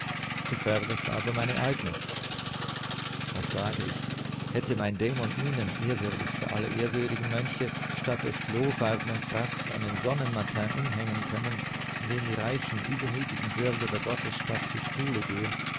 zuvörderst aber meine eigne was sage ich hätte mein dämon ihnen ehrwürdigster aller ehrwürdigen mönche statt des flohfarbnen fracks einen sonnenmatin umhängen können in dem die reichen übermütigen bürger der gottesstadt zu stuhle gehen